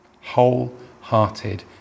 Whole-hearted